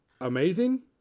amazing